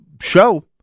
show